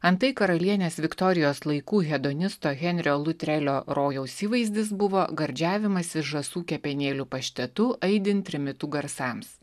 antai karalienės viktorijos laikų hedonisto henrio lutrelio rojaus įvaizdis buvo gardžiavimasis žąsų kepenėlių paštetu aidint trimitų garsams